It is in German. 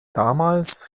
damals